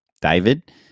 David